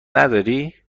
نداری